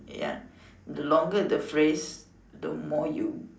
ya the longer the phrase the more you